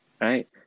right